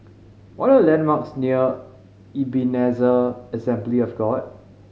what are the landmarks near Ebenezer Assembly of God